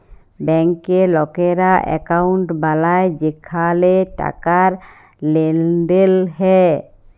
ব্যাংকে লকেরা একউন্ট বালায় যেখালে টাকার লেনদেল হ্যয়